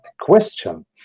question